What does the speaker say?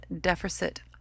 Deficit